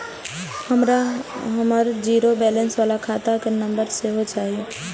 हमरा हमर zero balance बाला खाता के नम्बर सेहो चाही